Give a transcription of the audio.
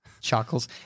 chuckles